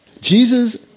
Jesus